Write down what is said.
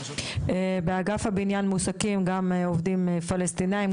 באגף הבניין מועסקים גם עובדים פלשתינאים,